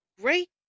great